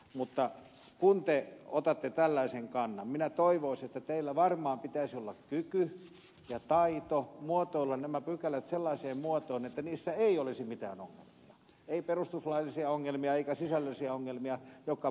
mutta kun te otatte tällaisen kannan minä toivoisin että teillä varmaan pitäisi olla kyky ja taito muotoilla nämä pykälät sellaiseen muotoon että niissä ei olisi mitään ongelmia ei perustuslaillisia ongelmia eikä sisällöllisiä ongelmia vaan ne parantaisivat lakia